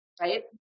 right